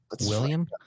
William